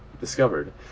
discovered